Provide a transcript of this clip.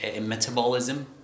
metabolism